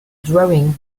drawing